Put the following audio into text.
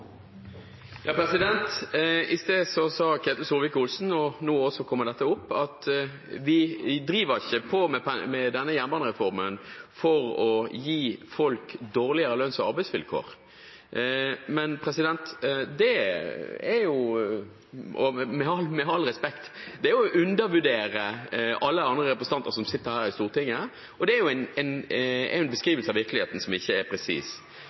sa Ketil Solvik-Olsen – og det kom også opp nå – at man ikke driver med denne jernbanereformen for å gi folk dårligere lønns- og arbeidsvilkår. Det er med all respekt å undervurdere alle andre representanter som sitter her i Stortinget, og det er en beskrivelse av virkeligheten som ikke er presis. Alle vet jo at de private tariffavtalene som finnes innenfor transportordningen, er